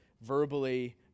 verbally